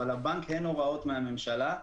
אבל לבנק אין הוראות מהממשלה,